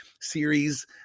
series